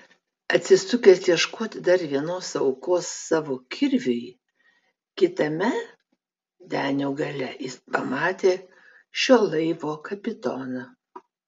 atsisukęs ieškoti dar vienos aukos savo kirviui kitame denio gale jis pamatė šio laivo kapitoną